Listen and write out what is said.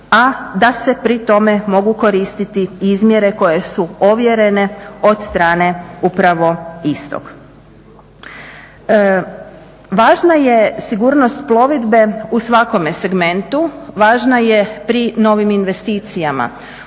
a da se pri tome mogu koristiti izmjere koje su ovjerene od strane upravo istog. Važna je sigurnost plovidbe u svakome segmentu, važna je pri novim investicijama.